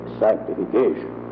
sanctification